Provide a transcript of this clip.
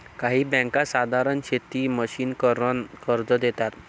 काही बँका साधारण शेती मशिनीकरन कर्ज देतात